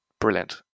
brilliant